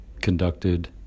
conducted